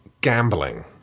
gambling